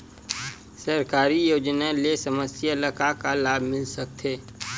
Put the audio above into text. सरकारी योजना ले समस्या ल का का लाभ मिल सकते?